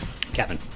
Kevin